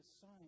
sign